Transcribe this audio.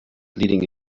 leading